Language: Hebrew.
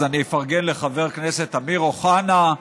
אז אני אפרגן לחבר הכנסת אמיר אוחנה,